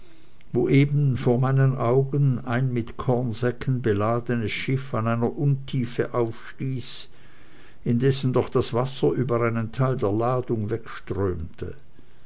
wo eben vor meinen augen ein mit kornsäcken beladenes schiff an einer untiefe aufstieß indessen doch das wasser über einen teil der ladung wegströmte